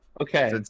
Okay